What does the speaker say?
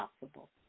possible